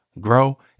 grow